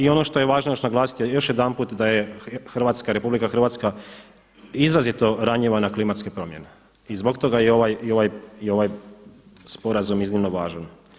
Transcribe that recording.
I ono što je važno još naglasiti još jedanput da je RH izrazito ranjiva na klimatske promjene i zbog toga i ovaj sporazum iznimno važan.